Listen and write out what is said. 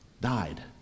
died